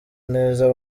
neza